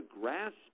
grasp